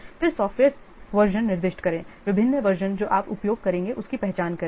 फिर software version निर्दिष्ट करें विभिन्न वर्ज़न जो आप उपयोग करेंगे उसकी पहचान करें